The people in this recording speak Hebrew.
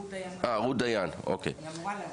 רות דיין אמורה להגיע.